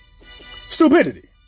Stupidity